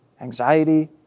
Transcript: anxiety